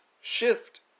shift